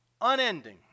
unending